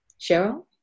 Cheryl